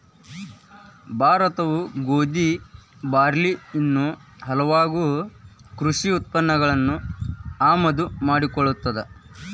ಭಾರತವು ಗೋಧಿ, ಬಾರ್ಲಿ ಇನ್ನೂ ಹಲವಾಗು ಕೃಷಿ ಉತ್ಪನ್ನಗಳನ್ನು ಆಮದು ಮಾಡಿಕೊಳ್ಳುತ್ತದೆ